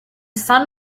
sun